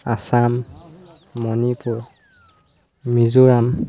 Assam Manipur Mizoram